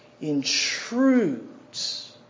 intrudes